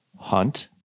hunt